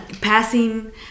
passing